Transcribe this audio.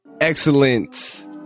excellent